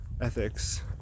ethics